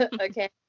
okay